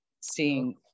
seeing